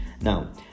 now